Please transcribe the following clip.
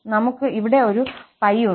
നമുക് ഇവിടെ ഒരു a0π ഉണ്ട്